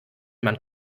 man